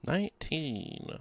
Nineteen